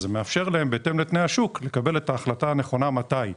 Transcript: זה מאפשר להם בהתאם לתנאי השוק לקבל החלטה נכונה מתי.